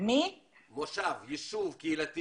או יישוב קהילתי